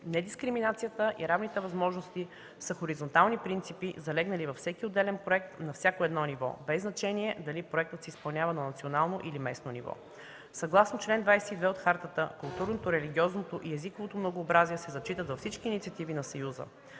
Недискриминацията и равните възможности са хоризонтални принципи, залегнали във всеки отделен проект на всяко едно ниво – без значение дали проектът се изпълнява на национално или местно ниво. Съгласно чл. 22 от Хартата, културното, религиозното и езиковото многообразие се зачитат във всички инициативи на Съюза.